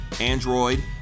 Android